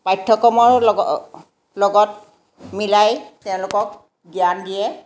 পাঠ্যক্ৰমৰ লগ লগত মিলাই তেওঁলোকক জ্ঞান দিয়ে